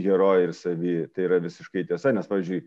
herojai ir savi tai yra visiškai tiesa nes pavyzdžiui